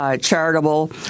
charitable